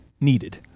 needed